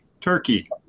turkey